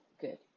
Good